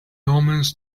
omens